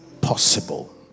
possible